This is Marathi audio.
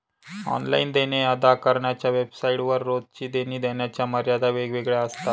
ऑनलाइन देणे अदा करणाऱ्या वेबसाइट वर रोजची देणी देण्याच्या मर्यादा वेगवेगळ्या असतात